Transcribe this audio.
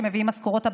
שמביאים משכורות הביתה,